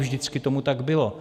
Ne vždycky tomu tak bylo.